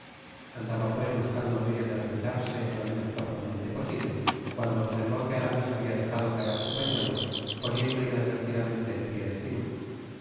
andaba pues buscando medio de retirarse lo menos torpemente posible cuando observó que aramis habia dejado caer su pañuelo poniendo inadvertidamente el pié encima